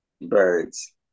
birds